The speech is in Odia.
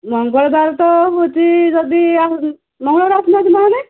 ମଙ୍ଗଳବାର ତ ହେଉଛି ଯଦି ମଙ୍ଗଳବାର ଦିନ ଆସୁନାହାନ୍ତି